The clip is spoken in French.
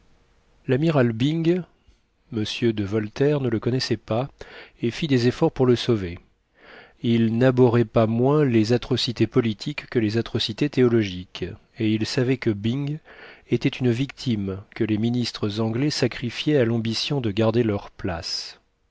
l'amiral byng m de voltaire ne le connaissait pas et fit des efforts pour le sauver il n'abhorrait pas moins les atrocités politiques que les atrocités théologiques et il savait que byng était une victime que les ministres anglais sacrifiaient à l'ambition de garder leurs places